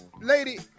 Lady